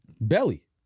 Belly